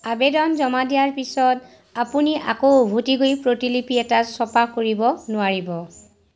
আবেদন জমা দিয়াৰ পিছত আপুনি আকৌ উভতি গৈ প্ৰতিলিপি এটা ছপা কৰিব নোৱাৰিব